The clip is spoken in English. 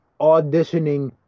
auditioning